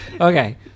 Okay